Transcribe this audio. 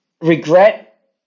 Regret